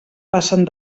passen